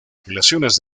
apelaciones